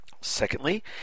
Secondly